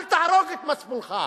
אל תהרוג את מצפונך.